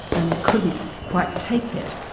and couldn't quite take it,